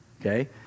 Okay